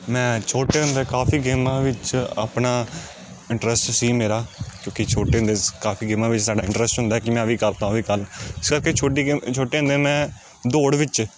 ਮੈਂ ਛੋਟੇ ਹੁੰਦੇ ਕਾਫੀ ਗੇਮਾਂ ਵਿੱਚ ਆਪਣਾ ਇੰਟਰਸਟ ਸੀ ਮੇਰਾ ਕਿਉਂਕਿ ਛੋਟੇ ਹੁੰਦੇ ਕਾਫੀ ਗੇਮਾਂ ਵਿੱਚ ਸਾਡਾ ਇੰਟਰਸਟ ਹੁੰਦਾ ਕਿ ਮੈਂ ਆਹ ਵੀ ਕਰਤਾ ਉਹ ਵੀ ਕਰ ਇਸ ਕਰਕੇ ਛੋਟੀ ਗੇਮ ਛੋਟਿਆਂ ਹੁੰਦਿਆਂ ਮੈਂ ਦੋੜ ਵਿੱਚ